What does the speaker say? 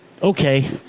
Okay